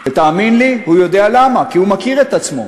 ותאמין לי, הוא יודע למה, כי הוא מכיר את עצמו.